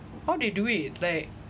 how they do it like